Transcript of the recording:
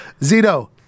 Zito